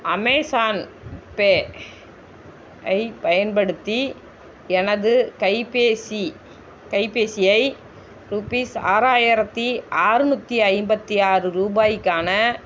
Amazon pay யைப் பயன்படுத்தி எனது கைபேசி கைபேசியை ருபீஸ் ஆறாயிரத்தி ஆற்நூற்றி ஐம்பத்தி ஆறு ரூபாய்க்கான